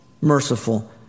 merciful